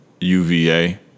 UVA